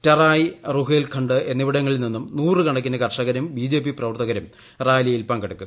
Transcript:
ടറായി റുഹേൽഖണ്ഡ് എന്നിവിടങ്ങളിൽ നിന്നും നൂറു കണക്കിന് കർഷകരും ബി ജെപി പ്രവർത്തകരും റാലിയിൽ പങ്കെടുക്കും